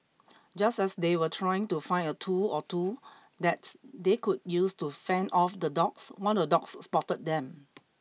just as they were trying to find a tool or two that they could use to fend off the dogs one of the dogs spotted them